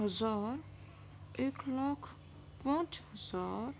ہزار ایک لاکھ پانچ ہزار